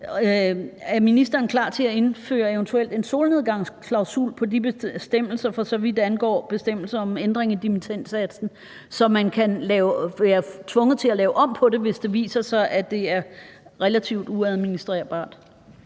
Er ministeren klar til at indføre en solnedgangsklausul på de bestemmelser, for så vidt angår bestemmelserne om ændring i dimittendsatsen, så man kan være tvunget til at lave om på det, hvis det viser sig, at det er relativt uadministrerbart?